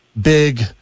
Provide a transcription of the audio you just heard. big